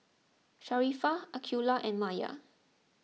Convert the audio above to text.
Sharifah Aqilah and Maya